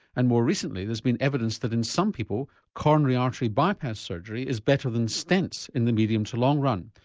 and more recently there's been evidence that in some people coronary artery bypass surgery is better than stents in the medium to long run.